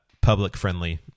public-friendly